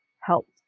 helped